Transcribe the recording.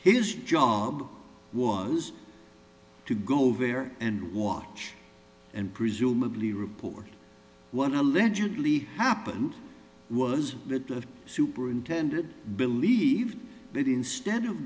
his job was to go over there and watch and presumably report one allegedly happened was that the superintendent believed that instead of